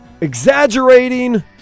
exaggerating